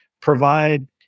provide